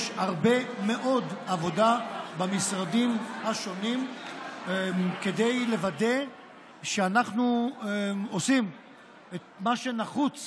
יש הרבה מאוד עבודה במשרדים השונים כדי לוודא שאנחנו עושים את מה שנחוץ